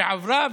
שעברה,